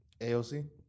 AOC